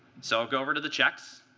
so i'll go over to the checks,